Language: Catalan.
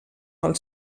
pel